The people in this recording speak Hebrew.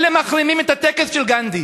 אלה מחרימים את הטקס של גנדי.